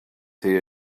here